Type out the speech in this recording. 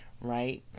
right